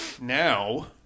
Now